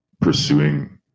pursuing